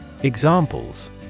Examples